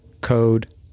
code